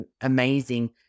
amazing